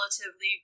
relatively